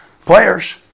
players